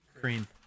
Cream